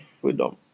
freedom